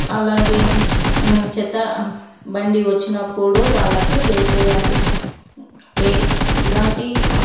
అలాగే చెత్త బండి వచ్చినప్పుడు వాళ్ళకి వేసెయ్యాలి ఏ ఇలాంటి